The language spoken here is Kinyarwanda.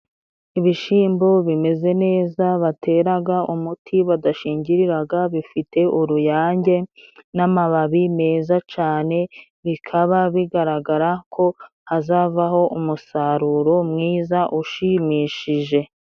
Ibishyimbo bimeze neza bateraga umuti badashingiriraga bifite uruyange n'amababi meza cane bikaba bigaragara ko hazavaho umusaruro mwiza ushimishije.